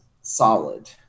solid